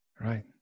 right